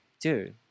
Dude